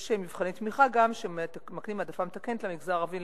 יש גם מבחני תמיכה שמקנים העדפה מתקנת למגזר הערבי,